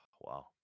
wow